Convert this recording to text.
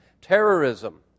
Terrorism